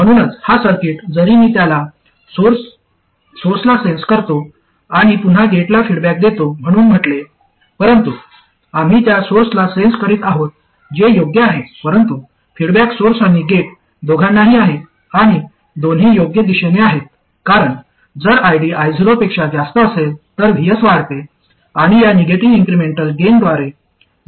म्हणूनच हा सर्किट जरी मी त्याला सोर्सला सेन्स करतो आणि पुन्हा गेटला फीडबॅक देतो म्हणून म्हटले परंतु आम्ही त्या सोर्सला सेन्स करीत आहोत जे योग्य आहे परंतु फीडबॅक सोर्स आणि गेट दोघांनाही आहे आणि दोन्ही योग्य दिशेने आहेत कारण जर ID I0 पेक्षा जास्त असेल तर Vs वाढते आणि या निगेटिव्ह इन्क्रिमेंटल गेनद्वारे VG कमी होते